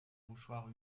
mouchoir